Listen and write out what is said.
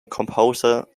composer